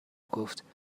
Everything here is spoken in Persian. گفتآیا